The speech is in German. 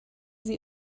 sie